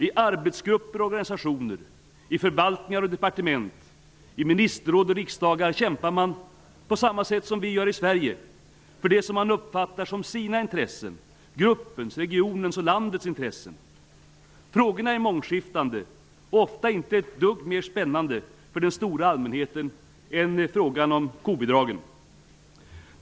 I arbetsgrupper och organisationer, i förvaltningar och departement, i ministerråd och riksdagar kämpar man, på samma sätt som vi gör i Sverige, för det som man uppfattar som sina intressen, gruppens, regionens och landets intressen. Frågorna är mångskiftande och ofta inte ett dugg mera spännande för den stora allmänheten än frågan om kobidragen.